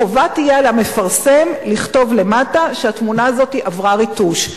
תהיה חובה על המפרסם לכתוב למטה שהתמונה הזאת עברה ריטוש.